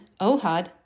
Ohad